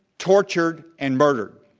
tortured, and murdered.